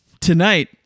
Tonight